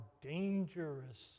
dangerous